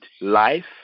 life